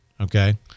okay